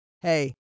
hey